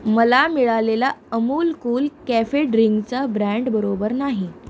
मला मिळालेला Amul Kool cafe ड्रिंकचा ब्रँड बरोबर नाही